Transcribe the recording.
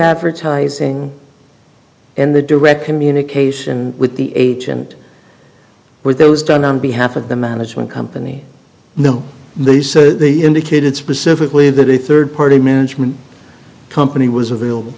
advertising and the direct communication with the agent with those done on behalf of the management company no they said they indicated specifically that a third party management company was available